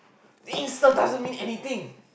the Insta doesn't mean anything